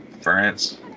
France